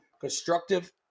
constructive